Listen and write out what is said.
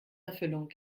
erfüllung